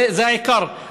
זה העיקר,